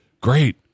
Great